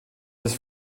des